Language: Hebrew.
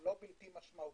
לא בלתי-משמעותיים,